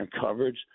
coverage